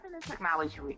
technology